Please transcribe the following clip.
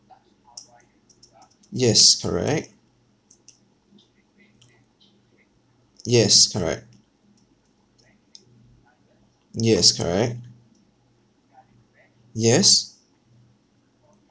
yes correct yes correct yes correct yes